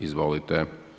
Izvolite.